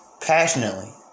passionately